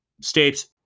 States